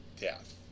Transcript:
death